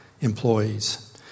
employees